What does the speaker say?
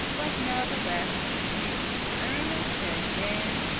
but natheless, betwixt earnest and game,